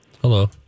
Hello